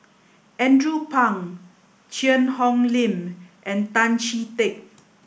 Andrew Phang Cheang Hong Lim and Tan Chee Teck